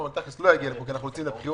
אבל לא יגיע לפה כי אנחנו יוצאים לבחירות,